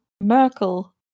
Merkel